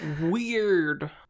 weird